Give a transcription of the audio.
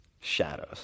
shadows